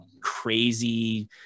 crazy